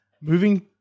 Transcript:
moving